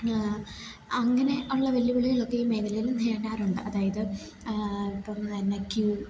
അങ്ങനെ ഉള്ള വെല്ലുവിളികളൊക്കെ ഈ മേഖലയിൽ നേരിടാറുണ്ട് അതായത് ഇപ്പം തന്നെ ക്യു